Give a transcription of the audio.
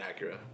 Acura